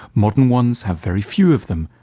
modern ones have very few of them,